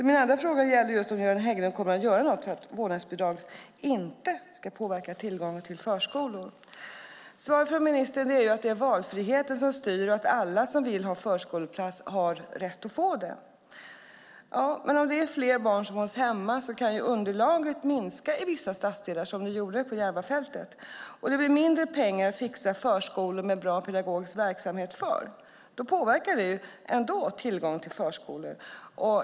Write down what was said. Min andra fråga gällde om Göran Hägglund kommer att göra något för att vårdnadsbidraget inte ska påverka tillgången till förskolor. Svaret från ministern är att valfriheten styr och att alla som vill ha förskoleplats har rätt att få det. Om fler barn hålls hemma kan ju underlaget minska i vissa stadsdelar, som på Järvafältet, och om det blir mindre pengar till att fixa förskolor med bra pedagogisk verksamhet påverkas tillgången till förskolor.